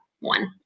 one